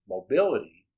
Mobility